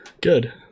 Good